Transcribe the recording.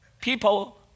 People